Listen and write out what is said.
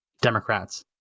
Democrats